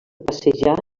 passejar